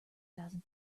thousand